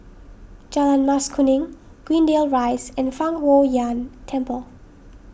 Jalan Mas Kuning Greendale Rise and Fang Huo Yuan Temple